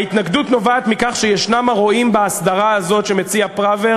ההתנגדות נובעת מכך שיש הרואים בהסדרה הזאת שמציע פראוור